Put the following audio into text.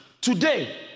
today